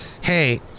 Hey